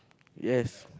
yes